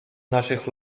naszych